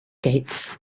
gates